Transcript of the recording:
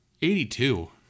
82